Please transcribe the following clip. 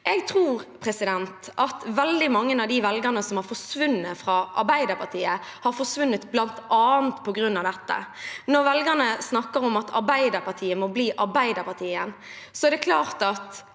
Jeg tror at veldig mange av de velgerne som har forsvunnet fra Arbeiderpartiet, har forsvunnet bl.a. på grunn av dette. Når velgerne snakker om at Arbeiderpartiet må bli Arbeiderpartiet igjen, er det fordi